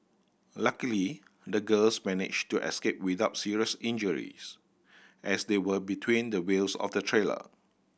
luckily the girls managed to escape without serious injuries as they were between the wheels of the trailer